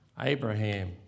Abraham